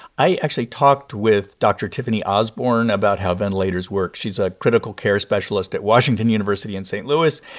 i actually talked with dr. tiffany osborn about how ventilators work. she's a critical care specialist at washington university in st. louis.